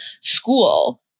school